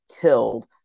killed